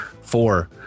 Four